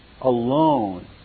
alone